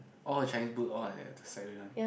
all the Chinese book all like that the sideway one